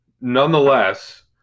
Nonetheless